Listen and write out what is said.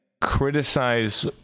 criticize